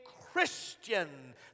Christian